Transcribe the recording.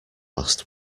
last